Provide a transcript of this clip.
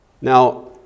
Now